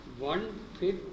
one-fifth